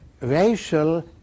racial